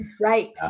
Right